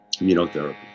immunotherapy